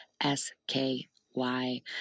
S-K-Y